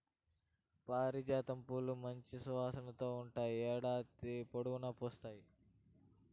పారిజాతం పూలు మంచి సువాసనతో ఉంటాయి, ఏడాది పొడవునా పూస్తాయి